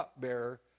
cupbearer